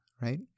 right